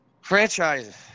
franchise